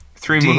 Three